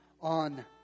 on